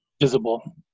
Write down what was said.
visible